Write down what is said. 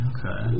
Okay